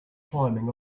climbing